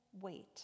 wait